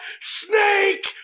Snake